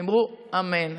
ואמרו אמן.